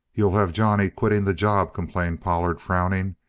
you'll have johnny quitting the job, complained pollard, frowning.